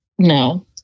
no